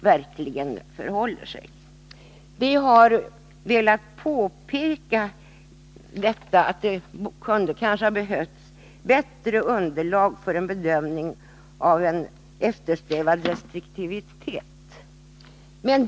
Vi har velat påpeka att det kunde ha behövts ett bättre underlag för en bedömning av om eftersträvad restriktivitet uppnåtts.